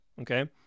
okay